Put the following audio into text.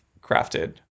crafted